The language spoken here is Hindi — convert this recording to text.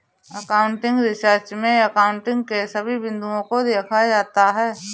एकाउंटिंग रिसर्च में एकाउंटिंग के सभी बिंदुओं को देखा जाता है